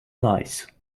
lice